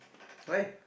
why